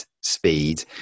speed